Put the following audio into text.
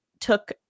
took